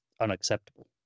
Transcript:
unacceptable